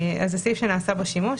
זה סעיף שנעשה בו שימוש,